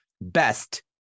best